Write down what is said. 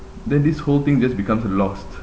then this whole thing just becomes lost